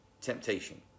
temptation